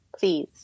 please